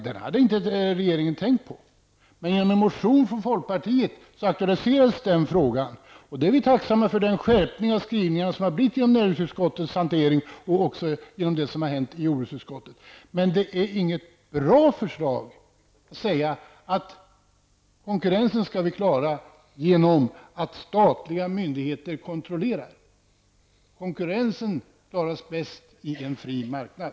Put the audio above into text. Detta hade inte regeringen tänkt på, men genom en motion från folkpartiet aktualiserades den frågan. Vi är tacksamma för den skärpning av skrivningarna som skett genom näringsutskottets hantering och också genom det som har hänt i jordbruksutskottet. Men det är inget bra förslag att säga att vi skall klara konkurrensen genom att statliga myndigheter kontrollerar. Konkurrensen klaras bäst i en fri marknad.